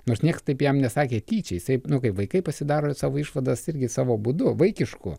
nors niekas taip jam nesakė tyčia jisai kaip vaikai pasidaro savo išvadas irgi savo būdu vaikišku